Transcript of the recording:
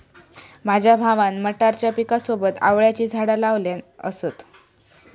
माझ्या भावान मटारच्या पिकासोबत आवळ्याची झाडा लावल्यान असत